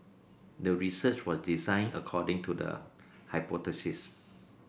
the research was designed according to the hypothesis